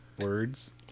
Words